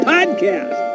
Podcast